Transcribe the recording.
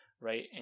right